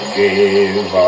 give